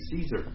Caesar